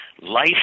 life